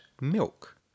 milk